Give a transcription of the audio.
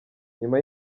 nyuma